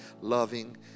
loving